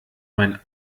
mein